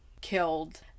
killed